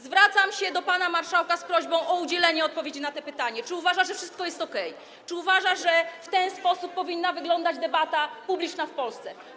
Zwracam się do pana marszałka z prośbą o udzielenie odpowiedzi na pytanie: Czy uważa, że wszystko jest okej, czy uważa, że w ten sposób powinna wyglądać debata publiczna w Polsce?